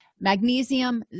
Magnesium